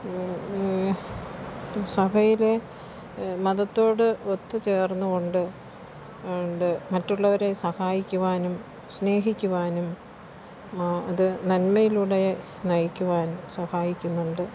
സഭയില് മതത്തോട് ഒത്തുചേർന്നുകൊണ്ട് ഉണ്ട് മറ്റുള്ളവരെ സഹായിക്കുവാനും സ്നേഹിക്കുവാനും അത് നന്മയിലൂടെ നയിക്കുവാൻ സഹായിക്കുന്നുണ്ട്